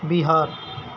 بہار